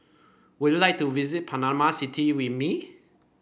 would you like to visit Panama City with me